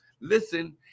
listen